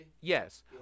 Yes